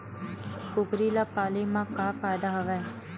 कुकरी ल पाले म का फ़ायदा हवय?